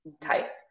type